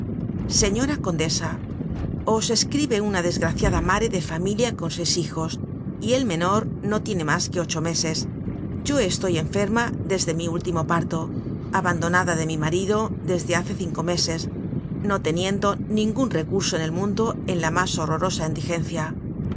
señora condesa os escribe una desgraciada mare de familia con seis hijos y el me nor no tiene masque ocho meses yo estoy enferma desde mi ultimo parto abandonada de mi marido desde hace cinco meses no tiniendo ningun recurso en el mundo en la mas orrorosa endigencia esperando en